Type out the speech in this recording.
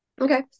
Okay